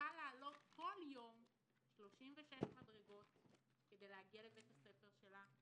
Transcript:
שצריכה לעלות בכל יום 36 מדרגות כדי להגיע לבית הספר שלה,